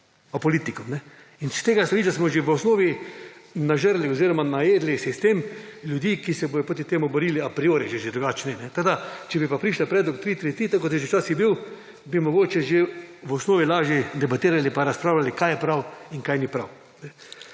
k politikom. In s tega stališča smo že v osnovi nažrli oziroma najedli sistem ljudi, ki se bodo proti temu borili a priori, če že drugače ne. Če bi pa prišel predlog tri-tri-tri, kot je že včasih bil, bi mogoče že v osnovi lažje debatirali in razpravljali, kaj je prav in kaj ni prav.